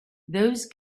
those